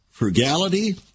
frugality